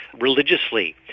religiously